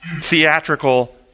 theatrical